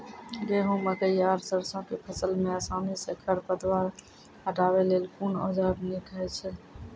गेहूँ, मकई आर सरसो के फसल मे आसानी सॅ खर पतवार हटावै लेल कून औजार नीक है छै?